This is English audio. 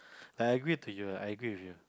I agree to you I agree with you